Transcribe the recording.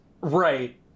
Right